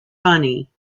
funny